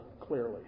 clearly